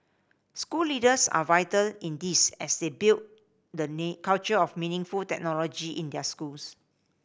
school leaders are vital in this as they build the culture of meaningful technology in their schools